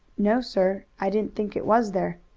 no, sir, i didn't think it was there.